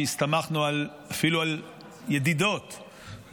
כשהסתמכנו אפילו על ידידות,